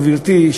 גברתי,